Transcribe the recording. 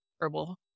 herbal